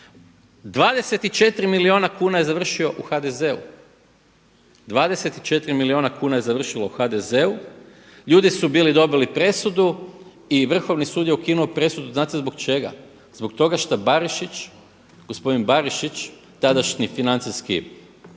24 milijuna kuna je završio u HDZ-u, ljudi su bili dobili presudu i Vrhovni sud je ukinuo presudu. Znate zbog čega? Zbog toga što Barišić, gospodin Barišić tadašnji financijski